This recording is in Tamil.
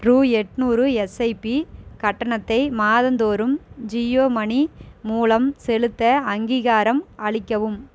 ரூ எட்நூறு எஸ்ஐபி கட்டணத்தை மாதந்தோறும் ஜியோ மனி மூலம் செலுத்த அங்கீகாரம் அளிக்கவும்